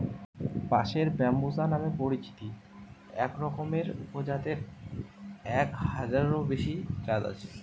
বাঁশের ব্যম্বুসা নামে পরিচিত একরকমের উপজাতের এক হাজারেরও বেশি জাত আছে